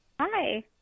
Hi